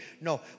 No